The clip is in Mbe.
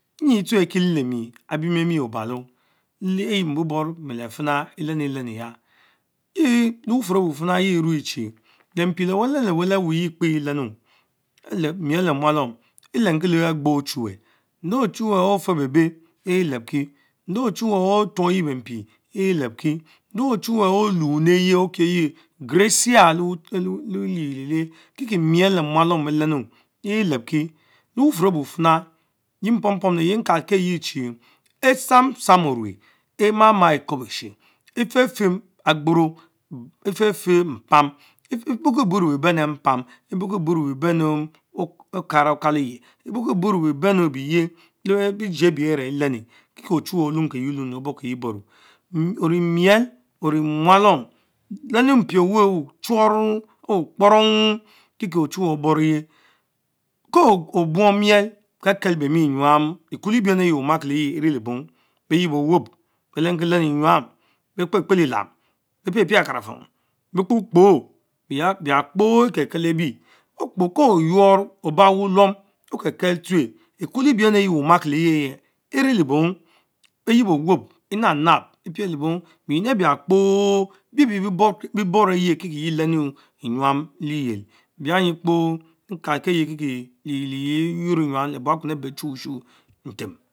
Enyie tone akiele lemie, abiemchmie Obala. Leh mbubow leh fina stentke Legbantal obalo, lan the soufum confima yyje rue chi mpie le-wele-le-wele Owen yeh bepen elenu, miel leh muatom elenki le Agbo ochude, nde ocimwe oh fee bebe elebki, ride ochnwe oh tnong eye been pie elebki, nde ochnue oh mniyie okieyeh gracias ohe kikie miel le mualom beh lenu elebki, lebufurr ehh eber fina yie mpom pom legie nealke yeh chi, epsam Pomm oruch, ema mas Ekubeshe, efe feh agbro, efek feh mpam, eburki buru bebene empan, eburtki buru bebeny Okan Okalere, eburtdie buru bebenu ebrejes lebijie ebich ere elenen, Kiekie ochure oluk yie canvi chorkije Coro, one mill one mualom, leminin mpie avete owche fshor awah kporong, kich buong miel, kekel bemie Senyam exuo rebleny eyeh Omakie le yie enne le bong, ben yebo owopp beh lenki lenny Enyamp bee Кракра ben piepien akarafon? bell Крикро? bia kpo ekekel ebie. Okpe to bal wulom okekel tsuen etanolebenu Eyes omakie leve the enne lebong, bayiebo owop enab nab beh lebong benyin ebir kpo brebie bee boroyen kie kie reny emysam recipiel, binh- nyie apo nitalkieyi kie lepel elieyen kynor lenyam lee buakuen abee béy chn usunu ntem.